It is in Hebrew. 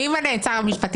מי ממנה את שר המשפטים?